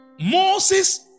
Moses